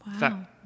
Wow